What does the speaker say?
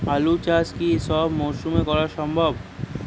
আলু চাষ কি সব মরশুমে করা সম্ভব?